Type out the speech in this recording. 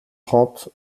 trente